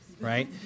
right